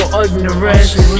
ignorance